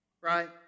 Right